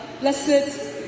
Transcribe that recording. blessed